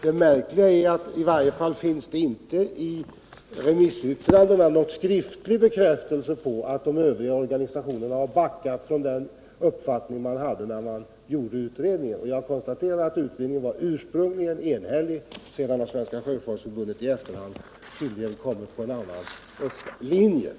Det märkliga är att det i varje fall inte i remissyttrandena finns någon skriftlig bekräftelse på att de övriga organisationerna har backat från den uppfattning de hade när utredningen gjordes. Jag konstaterar återigen att utredningen ursprungligen var enhällig. Tydligen har Svenska sjöfolksför Bättre fartygsmiljö Bättre fartygsmiljö den det ej vill röstar nej.